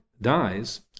dies